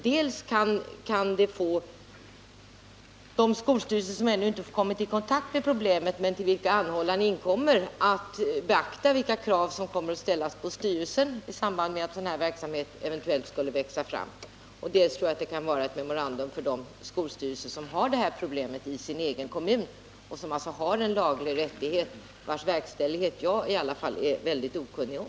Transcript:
Dels kan det få de skolstyrelser som ännu inte kommit i kontakt med det här problemet men till vilka anhållan inkommer att beakta vilka krav som kommer att ställas på styrelsen i samband med att sådan här verksamhet eventuellt skulle växa fram. Dels tror jag att detta kan vara ett observandum för de skolstyrelser som har det här problemet i sin egen kommun och som alltså har en laglig rättighet vars verkställighet i varje fall jag är mycket okunnig om.